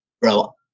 bro